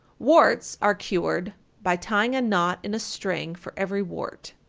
warts are cured by tying a knot in a string for every wart,